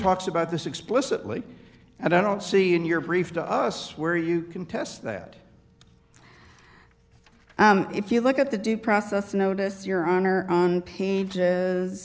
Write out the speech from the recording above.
talks about this explicitly and i don't see in your brief to us where you can test that and if you look at the due process notice your honor on pages